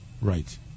Right